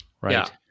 Right